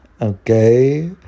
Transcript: Okay